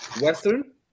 Western